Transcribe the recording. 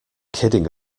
kidding